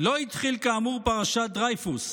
לא התחיל, כאמור, בפרשת דרייפוס,